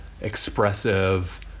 expressive